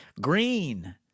Green